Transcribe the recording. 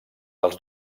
dels